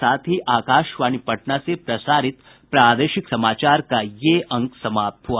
इसके साथ ही आकाशवाणी पटना से प्रसारित प्रादेशिक समाचार का ये अंक समाप्त हुआ